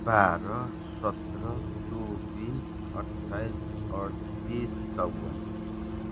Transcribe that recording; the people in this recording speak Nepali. बाह्र सत्र चौबिस अठाइस अड्तिस चौवन